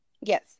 Yes